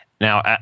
Now